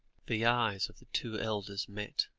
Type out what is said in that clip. the eyes of the two elders met,